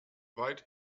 weit